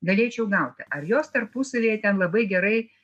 galėčiau gauti ar jos tarpusavyje ten labai gerai